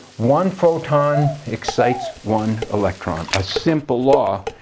one photon excites one electron. a simple law.